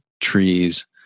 trees